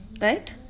Right